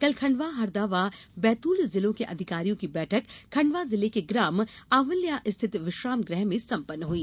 कल खण्डवा हरदा व बैतूल जिलों के अधिकारियों की बैठक खंडवा जिले के ग्राम आंवल्या स्थित विश्रामगृह में सम्पन्न हुई